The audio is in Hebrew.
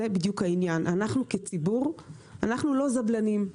אנחנו כציבור לא זבלנים,